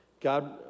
God